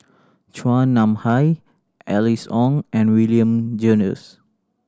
Chua Nam Hai Alice Ong and William Jervois